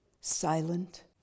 Silent